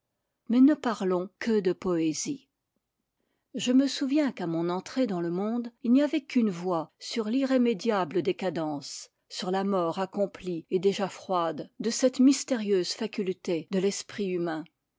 mais ne parlons que de poésie je me souviens qu'à mon entrée dans le monde il n'y avait qu'une voix sur l'irrémédiable décadence sur la mort accomplie et déjà froide de cette mystérieuse faculté de l'esprit humain